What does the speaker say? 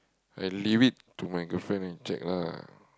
I leave it to my girlfriend and check lah